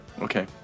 okay